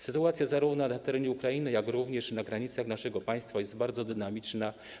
Sytuacja zarówno na terenie Ukrainy, jak również na granicach naszego państwa jest bardzo dynamiczna.